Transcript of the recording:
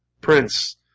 prince